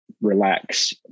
relax